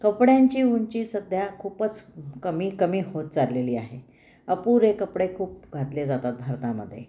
कपड्यांची उंची सध्या खूपच कमी कमी होत चाललेली आहे अपुरे कपडे खूप घातले जातात भारतामध्ये